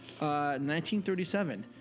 1937